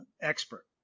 expert